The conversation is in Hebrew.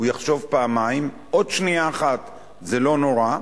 הוא יחשוב פעמיים, עוד שנייה אחת זה לא נורא,